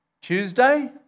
Tuesday